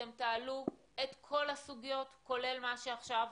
אתם תעלו את כל הסוגיות כולל מה שעכשיו